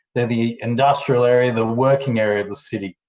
they're the industrial area, the working area of the city.